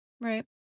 Right